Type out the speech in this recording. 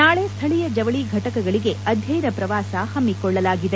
ನಾಳೆ ಸ್ಥಳೀಯ ಜವಳಿ ಘಟಕಗಳಿಗೆ ಅಧ್ಯಯನ ಪ್ರವಾಸ ಹಮ್ಮಿಕೊಳ್ಳಲಾಗಿದೆ